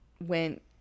went